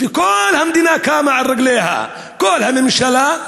כל המדינה קמה על רגליה, כל הממשלה,